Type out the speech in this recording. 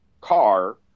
car